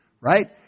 right